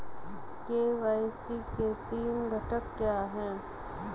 KYC के तीन घटक क्या हैं?